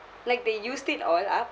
like they used it all up